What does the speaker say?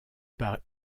par